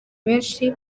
benshi